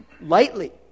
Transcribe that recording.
lightly